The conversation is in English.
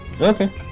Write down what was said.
Okay